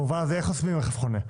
במובן הזה, איך חוסמים רכב חונה?